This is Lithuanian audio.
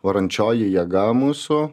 varančioji jėga mūsų